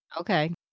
Okay